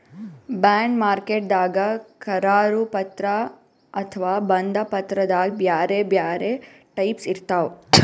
bond ಮಾರ್ಕೆಟ್ದಾಗ್ ಕರಾರು ಪತ್ರ ಅಥವಾ ಬಂಧ ಪತ್ರದಾಗ್ ಬ್ಯಾರೆ ಬ್ಯಾರೆ ಟೈಪ್ಸ್ ಇರ್ತವ್